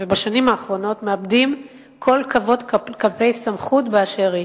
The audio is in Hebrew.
בשנים האחרונות אנחנו מאבדים כל כבוד כלפי סמכות באשר היא,